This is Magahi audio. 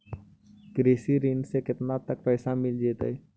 कृषि ऋण से केतना तक पैसा मिल जइतै?